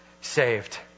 Saved